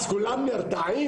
אז כולם נרתעים,